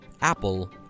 Apple